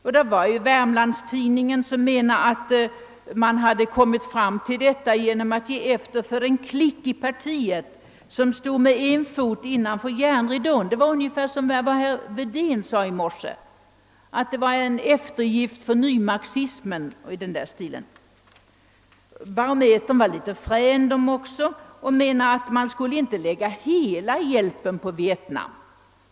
Nya Wermlands Tidningen menade att man kommit fram till detta genom att ge efter för en klick inom partiet som stod med en fot innanför järnridån. Det var ungefär som herr Wedén sade i morse en eftergift för nymarxismen o.s.v. Barometern var också något frän och menade att man inte kunde lägga hela hjälpen på Vietnam.